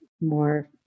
more